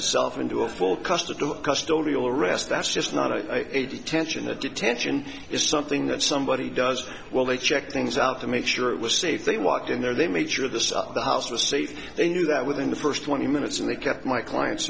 itself into a full custody of custody all rest that's just not a detention a detention is something that somebody does well they check things out to make sure it was safe they walked in there they made sure this up the house received they knew that within the first twenty minutes and they kept my clients